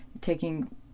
taking